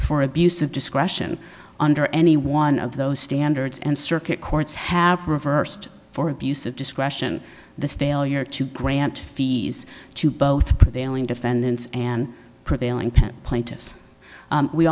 for abuse of discretion under any one of those standards and circuit courts have reversed for abuse of discretion the failure to grant fees to both prevailing defendants and prevailing plaintiffs